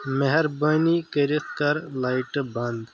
مہربٲنی کٔرِتھ کر لایٹہٕ بند